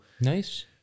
Nice